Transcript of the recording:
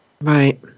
Right